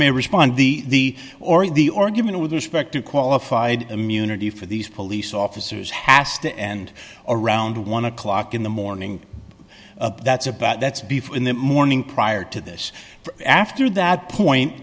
may respond the or the argument with respect to qualified immunity for these police officers has to end around one o'clock in the morning that's about that's before in the morning prior to this after that point